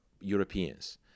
Europeans